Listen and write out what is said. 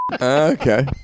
Okay